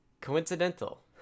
coincidental